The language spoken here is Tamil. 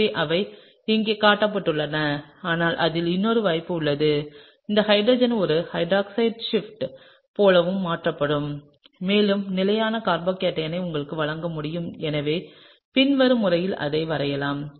எனவே அவை இங்கே காட்டப்பட்டுள்ளன ஆனால் அதில் இன்னொரு வாய்ப்பு உள்ளது இந்த ஹைட்ரஜன் ஒரு ஹைட்ரைடு ஷிப்ட் போலவும் மாறக்கூடும் மேலும் நிலையான கார்போகேட்டையானை உங்களுக்கு வழங்க முடியும் எனவே பின்வரும் முறையில் அதை வரையலாம்